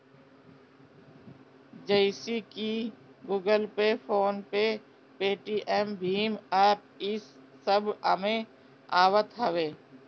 जइसे की Google pay, PhonePe, Paytm भीम एप्प इस सब एमे आवत हवे